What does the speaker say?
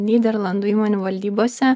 nyderlandų įmonių valdybose